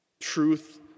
truth